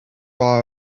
are